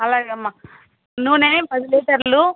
అలాగే అమ్మ నూనె పది లీటర్లు